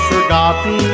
forgotten